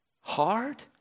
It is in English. Hard